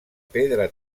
pedra